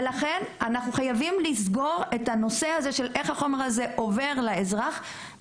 לכן חייבים לסגור בחקיקה את הדרך שבה החומר הזה יועבר לאזרח,